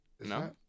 No